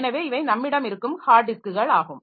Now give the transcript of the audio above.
எனவே இவை நம்மிடம் இருக்கும் ஹார்ட் டிஸ்க்குகள் ஆகும்